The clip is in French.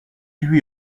lui